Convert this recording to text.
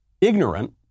Ignorant